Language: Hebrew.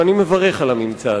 ואני מברך על הממצא הזה.